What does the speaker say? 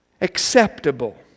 acceptable